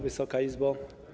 Wysoka Izbo!